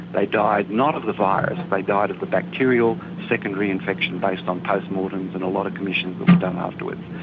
they died not of the virus, they died of the bacterial secondary infection based on post-mortems and a lot of commissions that were done afterwards.